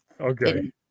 Okay